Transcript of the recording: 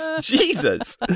jesus